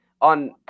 on